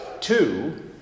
Two